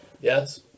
Yes